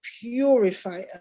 purify